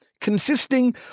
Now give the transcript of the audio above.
consisting